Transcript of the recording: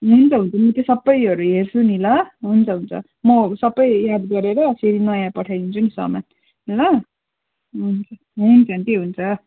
हुन्छ हुन्छ म त्यो सबैहरू हेर्छु नि ल हुन्छ हुन्छ म सबै याद गरेर फेरि नयाँ पठाइदिन्छु नि सामान ल हुन्छ हुन्छ आन्टी हुन्छ